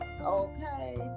Okay